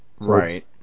Right